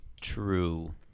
True